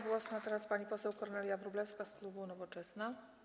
Głos ma teraz pani poseł Kornelia Wróblewska z klubu Nowoczesna.